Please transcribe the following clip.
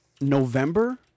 November